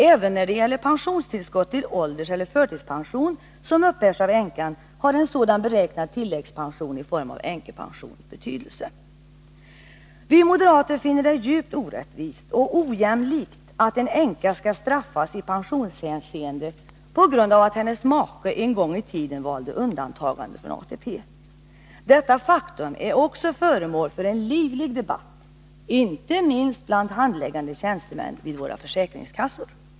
Även när det gäller pensionstillskott till ålderseller förtidspension, som uppbärs av änkan, har en sådan beräknad tilläggspension i form av änkepension betydelse. Vi moderater finner det djupt orättvist och ojämlikt att en änka skall straffas i pensionshänseende på grund av att hennes make en gång i tiden valde undantagande från ATP. Detta faktum är också föremål för en livlig debatt — inte minst bland handläggande tjänstemän vid våra försäkringskassor.